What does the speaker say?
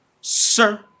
sir